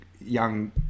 young